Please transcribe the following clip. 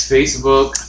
Facebook